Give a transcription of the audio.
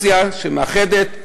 קונסטרוקציה שמאחדת,